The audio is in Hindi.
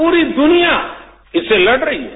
पूरी दुनिया इससे लड़ रही है